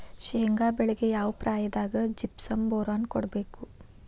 ಶೇಂಗಾ ಬೆಳೆಗೆ ಯಾವ ಪ್ರಾಯದಾಗ ಜಿಪ್ಸಂ ಬೋರಾನ್ ಕೊಡಬೇಕು?